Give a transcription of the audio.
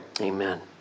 amen